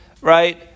right